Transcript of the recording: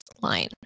line